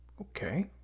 Okay